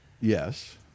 Yes